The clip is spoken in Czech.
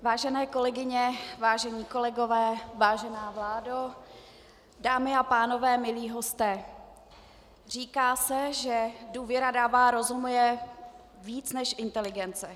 Vážené kolegyně, vážení kolegové, vážená vládo, dámy a pánové, milí hosté, říká se, že důvěra dává rozmluvě víc než inteligence.